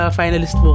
finalist